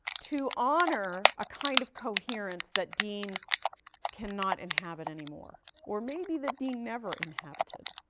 to honor a kind of coherence that dean cannot inhabit anymore, or maybe that dean never inhabited.